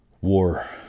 War